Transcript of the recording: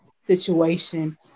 situation